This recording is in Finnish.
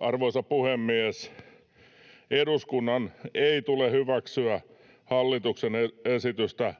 Arvoisa puhemies! Eduskunnan ei tule hyväksyä hallituksen esitystä